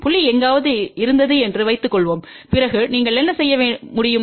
புள்ளி எங்காவது இருந்தது என்று வைத்துக்கொள்வோம் பிறகு நீங்கள் என்ன செய்ய முடியும்